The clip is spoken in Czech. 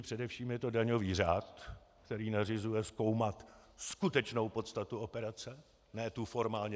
Především je to daňový řád, který nařizuje zkoumat skutečnou podstatu operace, ne tu formálně deklarovanou.